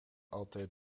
altijd